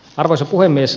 arvoisa puhemies